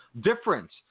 difference